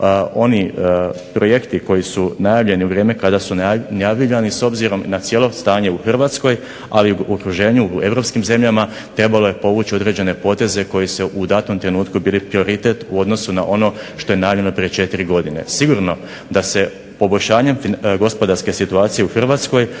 oni projekti koji su najavljeni u vrijeme kada su najavljivani s obzirom na cijelo stanje u Hrvatskoj, ali i u okruženju u europskim zemljama trebalo je povući određene poteze koji su u datom trenutku bili prioritet u odnosu na ono što je najavljeno prije četiri godine. Sigurno da se poboljšanjem gospodarske situacije u Hrvatskoj,